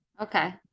okay